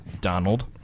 Donald